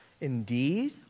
Indeed